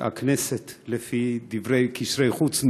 לפי דברי קשרי חוץ,